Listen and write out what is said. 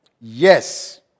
yes